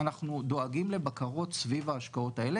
הגופים המוסדיים הם רוב הכסף בשוק ההון,